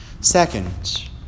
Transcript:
Second